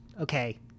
okay